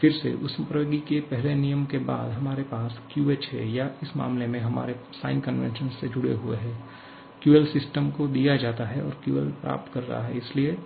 फिर से ऊष्मप्रवैगिकी के पहले नियम के बाद हमारे पास QH है या इस मामले में हमारे साइन कन्वेशन से जुड़े हुए हैं QL सिस्टम को दिया जाता है QL प्राप्त कर रहा है इसलिए